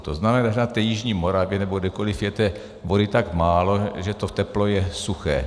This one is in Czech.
To znamená, na té jižní Moravě nebo kdekoliv je té vody tak málo, že to teplo je suché.